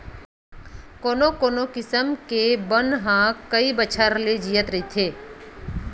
कोनो कोनो किसम के बन ह कइ बछर ले जियत रहिथे